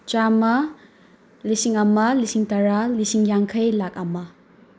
ꯆꯥꯝꯃ ꯂꯤꯁꯤꯡ ꯑꯃ ꯂꯤꯁꯤꯡ ꯇꯔꯥ ꯂꯤꯁꯤꯡ ꯌꯥꯡꯈꯩ ꯂꯥꯛ ꯑꯃ